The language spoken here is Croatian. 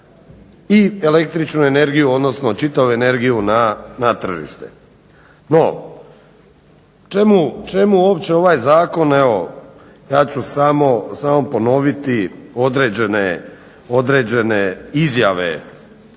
i električnu energiju odnosno čitavu energiju na tržište. No, čemu uopće ovaj zakon evo ja ću samo ponoviti određene izjave